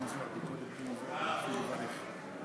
נא להצביע.